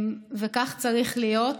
וכך צריך להיות.